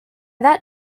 that